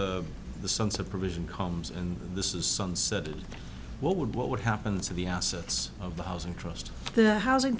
are the sunset provision homes and this is sunset is what would what would happen to the assets of the housing trust the housing